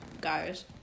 guys